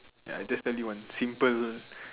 ya I just tell you one simple also